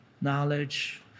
knowledge